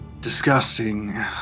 Disgusting